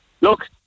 Look